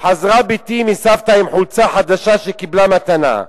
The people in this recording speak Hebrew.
חזרה בתי מסבתה עם חולצה חדשה שקיבלה מתנה,